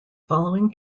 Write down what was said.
following